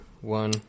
one